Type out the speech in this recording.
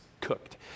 cooked